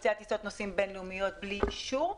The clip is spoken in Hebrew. לבצע טיסות נוסעים בין לאומיות בלי אישור.